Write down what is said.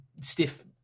stiff